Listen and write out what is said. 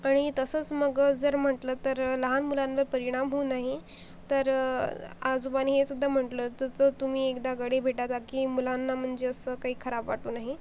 आणि तसंच मग जर म्हटलं तर लहान मुलांवर परिणाम होऊ नाही तर आजोबांनी हे सुद्धा म्हटलं होतं तर तुम्ही एकदा गळे भेटा ताकि मुलांना म्हणजे असं काही खराब वाटू नाही